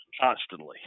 constantly